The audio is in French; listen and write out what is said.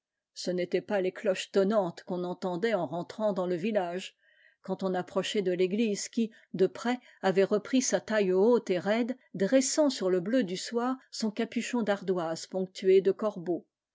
ce n'était pas les cloches tonnantes qu'on entendait en rentrant dans le village quand on approchait de l'église qui de près avait repris sa taille haute et raide dressant sur le bleu du soir son capuchon d'ardoise ponctué de corbeaux